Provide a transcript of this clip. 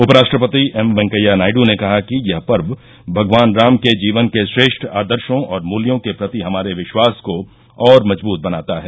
उपराष्ट्रपति एम वेंकैया नायडू ने कहा कि यह पर्व भगवान राम के जीवन के श्रेष्ठ आदर्शो और मूल्यों के प्रतिहमारे विश्वास को और मजबूत बनाता है